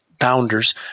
founders